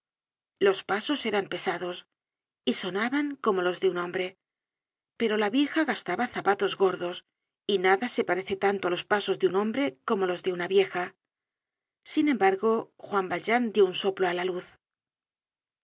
los pasos eran pesados y sonaban como los de un hombre pero la vieja gastaba zapatos gordos y nada se parece tanto á los pasos de un hombre como los de una vieja sin embargo juan valjean dió un soplo á la luz habia